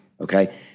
okay